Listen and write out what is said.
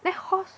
then horse